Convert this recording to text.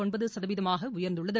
ஒன்பது சதவீதமாக உயர்ந்துள்ளது